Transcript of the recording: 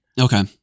Okay